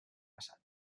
passat